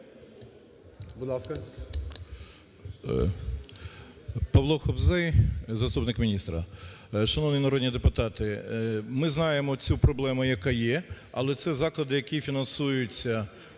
Павло Хобзей заступник міністра. Шановні народні депутати! Ми знаємо цю проблему, яка є, але це заклади, які фінансуються